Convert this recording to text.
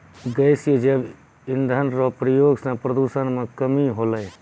गैसीय जैव इंधन रो प्रयोग से प्रदूषण मे कमी होलै